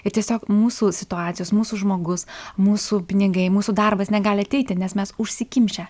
ir tiesiog mūsų situacijos mūsų žmogus mūsų pinigai mūsų darbas negali ateiti nes mes užsikimšę